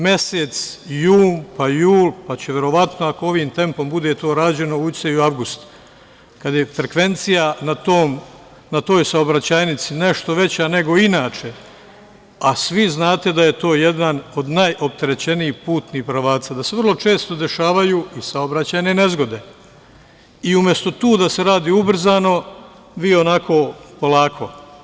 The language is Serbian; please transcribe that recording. Mesec jun, pa jul, pa će verovatno ako ovim tempom bude to rađeno ući i u avgust, kada je frekvencija na toj saobraćajnici nešto veća nego inače, a svi znate da je to jedan od najopterećenijih putnih pravaca, da se vrlo često dešavaju i saobraćajne nezgode, i umesto tu da se radi ubrzano, vi onako, polako.